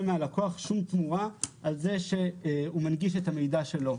מהלקוח כל תמורה על כך שהוא מנגיש את המידע שלו.